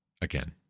again